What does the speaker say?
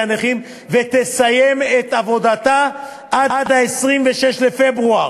הנכים ותסיים את עבודתה עד 26 בפברואר,